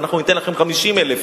לסיכום על הסכם שכר חדש במגזר הציבורי.